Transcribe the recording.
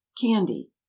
candy